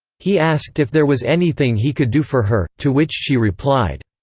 he asked if there was anything he could do for her, to which she replied,